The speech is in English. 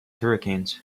hurricanes